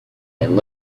and